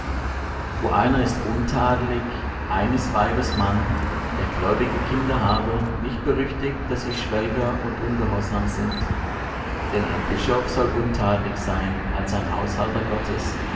wo einer ist untadelig eines weibes mann der gläubige kinder habe nicht berüchtigt daß sie schwelger und ungehorsam sind denn ein bischof soll untadelig sein als ein haushalter gottes